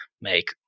make